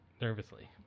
Nervously